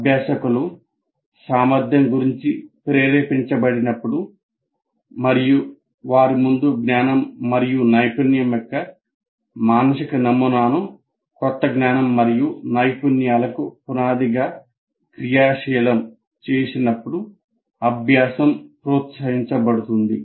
అభ్యాసకులు సామర్థ్యం గురించి ప్రేరేపించబడినప్పుడు మరియు వారి ముందు జ్ఞానం మరియు నైపుణ్యం యొక్క మానసిక నమూనాను కొత్త జ్ఞానం మరియు నైపుణ్యాలకు పునాదిగా క్రియాశీలం చేసినప్పుడు అభ్యాసం ప్రోత్సహించబడుతుంది